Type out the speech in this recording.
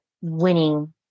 winning